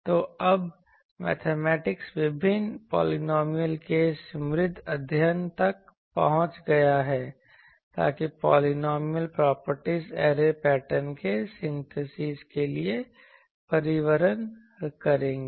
तो अब मैथमेटिक्स विभिन्न पॉलिनॉमियल के समृद्ध अध्ययन तक पहुँच गया है ताकि पॉलिनॉमियल प्रॉपर्टी ऐरे पैटर्न के सिनथीसिज के लिए परिवहन करेंगे